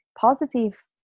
positive